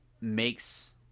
makes